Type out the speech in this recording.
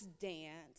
dance